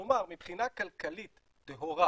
כלומר מבחינה כלכלית טהורה